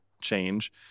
change